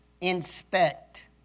inspect